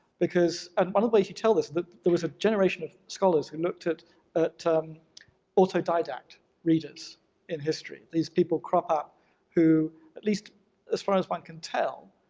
because and one of the ways you tell this, there was a generation of scholars who looked at at um autodidact readers in history, these people crop up who at least as far as one can tell,